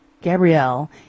Gabrielle